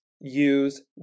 use